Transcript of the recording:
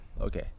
Okay